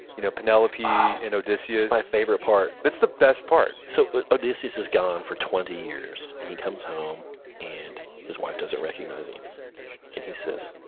you know penelope and odysseus that's my favorite part it's the best part so odysseus is gone for twenty years and he comes home and his wife doesn't recognize him and he says,